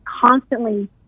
constantly